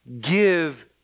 Give